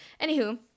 anywho